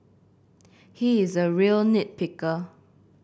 he is a real nit picker